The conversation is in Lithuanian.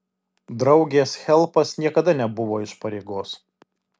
draugės helpas niekada nebuvo iš pareigos